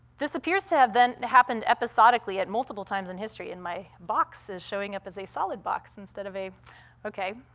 this appears to have then happened episodically at multiple times in history, and my box is showing up as a solid box instead of a okay.